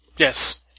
Yes